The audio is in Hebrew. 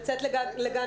לצאת לגן